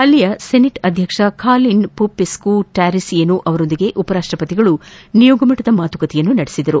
ಅಲ್ಲಿನ ಸೆನೆಟ್ ಅಧ್ಯಕ್ಷ ಖಾಲಿನ್ ಪೂಪೆಸ್ತು ಟ್ಹಾರಿಸ್ಯೆನೊ ಅವರೊಂದಿಗೆ ಉಪರಾಷ್ಟಪತಿ ಅವರು ನಿಯೋಗ ಮಟ್ಟದ ಮಾತುಕತೆ ನಡೆಸಿದರು